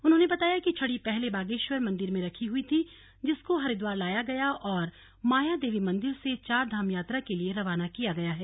उन्होंने बताया कि छड़ी पहले बागेश्वर मंदिर में रखी हुई थी जिसको हरिद्वार लाया गया और माया देवी मंदिर से चार धाम यात्रा के लिए रवाना किया गया है